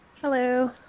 Hello